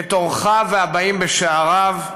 את אורחיו והבאים בשעריו,